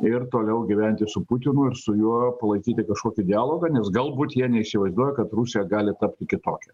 ir toliau gyventi su putinu ir su juo palaikyti kažkokį dialogą nes galbūt jie neįsivaizduoja kad rusija gali tapti kitokia